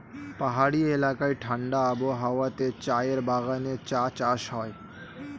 পাহাড়ি এলাকায় ঠাণ্ডা আবহাওয়াতে চায়ের বাগানে চা চাষ হয়